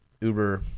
Uber